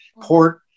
Port